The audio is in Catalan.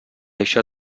això